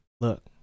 look